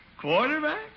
Quarterback